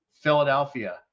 Philadelphia